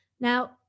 Now